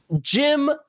Jim